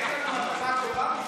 יריב, מזל טוב.